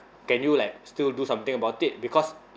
can you like still do something about it because